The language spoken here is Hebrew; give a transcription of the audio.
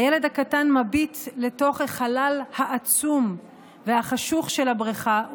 הילד הקטן מביט לתוך החלל העצום והחשוך של הבריכה,